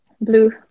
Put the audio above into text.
Blue